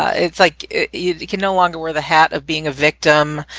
it's like you can no longer wear the hat of being a victim